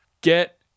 get